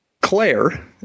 Claire